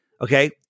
Okay